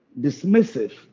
dismissive